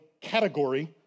category